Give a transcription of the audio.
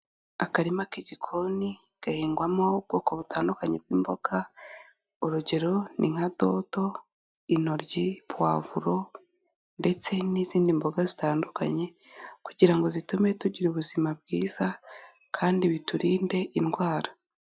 Akarima k'igikoni gahingwamo ubwoko butandukanye bw'imboga, urugero; ni nka dodo, intoryi, pavuro ndetse n'izindi mboga zitandukanye, kugira ngo zitume tugira ubuzima bwiza kandi biturinde indwara.